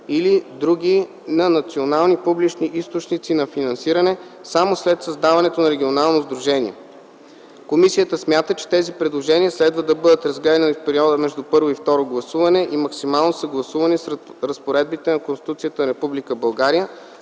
или други на национални публични източници на финансиране само след създаването на регионално сдружение. Комисията смята, че тези предложения следва да бъдат разгледани в периода между първо и второ гласуване и максимално съгласувани с разпоредбите на Конституцията на